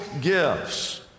gifts